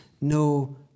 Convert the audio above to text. no